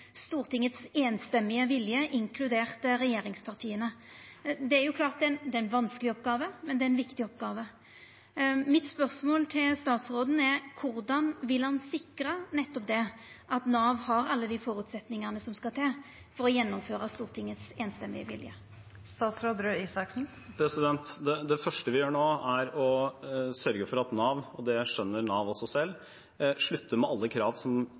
Stortingets samrøystes vilje, inkludert regjeringspartia. Det er klart det er ei vanskeleg oppgåve, men det er ei viktig oppgåve. Mitt spørsmål til statsråden er: Korleis vil han sikra nettopp det, at Nav har alle dei føresetnadene som skal til for å gjennomføra Stortingets samrøystes vilje? Det første vi gjør nå, er å sørge for at Nav – og det skjønner Nav selv – slutter med alle krav som